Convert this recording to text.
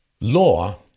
Law